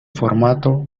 formato